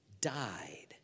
died